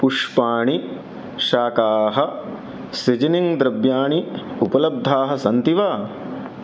पुष्पाणि शाकाः सीज़निङ्ग् द्रव्याणि उपलब्धानि सन्ति वा